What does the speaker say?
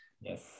Yes